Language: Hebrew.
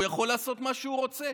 הוא יכול לעשות מה שהוא רוצה.